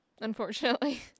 Unfortunately